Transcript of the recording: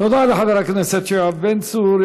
תודה לחבר הכנסת יואב בן צור.